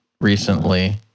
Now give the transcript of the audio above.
recently